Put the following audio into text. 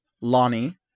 Lonnie